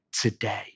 today